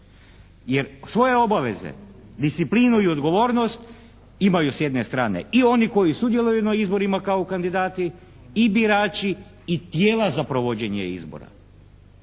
jer svoje obaveze, disciplinu i odgovornost imaju s jedne strane i oni koji sudjeluju na izborima kao kandidati i birači i tijela za provođenje izbora.